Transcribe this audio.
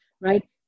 right